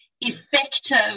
effective